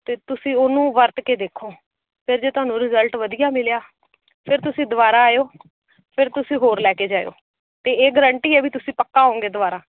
ਅਤੇ ਤੁਸੀਂ ਉਹਨੂੰ ਵਰਤ ਕੇ ਦੇਖੋ ਫਿਰ ਜੇ ਤੁਹਾਨੂੰ ਰਿਜ਼ਲਟ ਵਧੀਆ ਮਿਲਿਆ ਫਿਰ ਤੁਸੀਂ ਦੁਬਾਰਾ ਆਇਓ ਫਿਰ ਤੁਸੀਂ ਹੋਰ ਲੈ ਕੇ ਜਾਇਓ ਅਤੇ ਇਹ ਗਰੰਟੀ ਹੈ ਵੀ ਤੁਸੀਂ ਪੱਕਾ ਆਓਗੇ ਦੁਬਾਰਾ